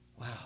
wow